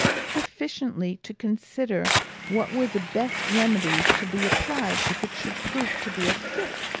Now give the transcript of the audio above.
sufficiently to consider what were the best remedies to be applied if it should prove to be a fit.